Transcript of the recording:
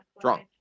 drunk